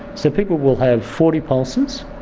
so people will have forty pulses,